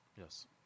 Yes